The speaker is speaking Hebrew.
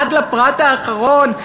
עד לפרט האחרון,